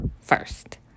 first